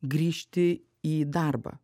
grįžti į darbą